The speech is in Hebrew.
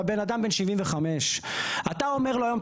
בן אדם בן 75. אתה אומר לו היום,